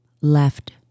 left